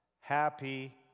happy